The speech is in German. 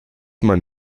man